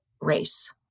race